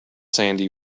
sandy